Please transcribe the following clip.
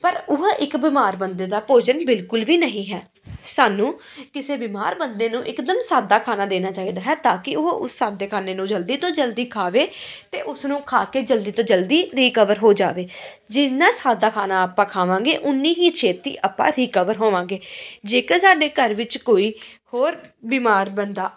ਪਰ ਉਹ ਇੱਕ ਬਿਮਾਰ ਬੰਦੇ ਦਾ ਭੋਜਨ ਬਿਲਕੁਲ ਵੀ ਨਹੀਂ ਹੈ ਸਾਨੂੰ ਕਿਸੇ ਬਿਮਾਰ ਬੰਦੇ ਨੂੰ ਇਕਦਮ ਸਾਦਾ ਖਾਣਾ ਦੇਣਾ ਚਾਹੀਦਾ ਹੈ ਤਾਂ ਕਿ ਉਹ ਉਸ ਸਾਦੇ ਖਾਣੇ ਨੂੰ ਜਲਦੀ ਤੋਂ ਜਲਦੀ ਖਾਵੇ ਅਤੇ ਉਸਨੂੰ ਖਾ ਕੇ ਜਲਦੀ ਤੋਂ ਜਲਦੀ ਰਿਕਵਰ ਹੋ ਜਾਵੇ ਜਿੰਨਾ ਸਾਦਾ ਖਾਣਾ ਆਪਾਂ ਖਾਵਾਂਗੇ ਉੱਨੀ ਹੀ ਛੇਤੀ ਆਪਾਂ ਰਿਕਵਰ ਹੋਵਾਂਗੇ ਜੇਕਰ ਸਾਡੇ ਘਰ ਵਿੱਚ ਕੋਈ ਹੋਰ ਬਿਮਾਰ ਬੰਦਾ